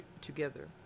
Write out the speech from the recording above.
together